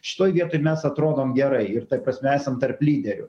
šitoj vietoj mes atrodom gerai ir ta prasme esam tarp lyderių